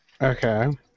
Okay